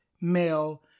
male